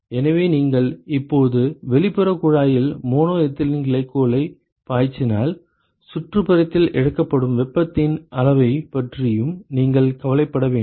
எனவே நீங்கள் இப்போது வெளிப்புறக் குழாயில் மோனோ எத்திலீன் கிளைகோலைப் பாய்ச்சினால் சுற்றுப்புறத்தில் இழக்கப்படும் வெப்பத்தின் அளவைப் பற்றியும் நீங்கள் கவலைப்பட வேண்டும்